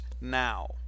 now